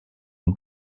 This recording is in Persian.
این